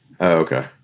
Okay